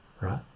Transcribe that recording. Right